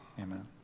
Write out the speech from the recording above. Amen